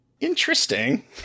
interesting